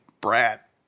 brat